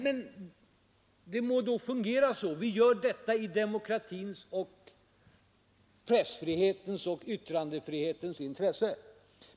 Men det må då fungera så: vi gör detta i demokratins, pressfrihetens och yttrandefrihetens intresse.